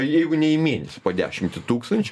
jeigu ne į mėnesį po dešimtį tūkstančių